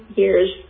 years